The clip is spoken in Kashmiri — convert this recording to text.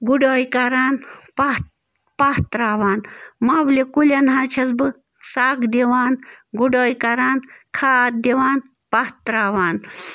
گُڈٲے کَران پاہ پاہ ترٛاوان مَولہِ کُلٮ۪ن حظ چھَس بہٕ سَگ دِوان گُڈٲے کَران کھاد دِوان پاہ ترٛاوان